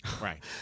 right